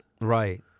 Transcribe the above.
Right